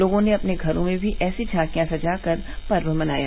लोगों ने अपने घरो में भी ऐसी झांकिया सजा कर पर्व मनाया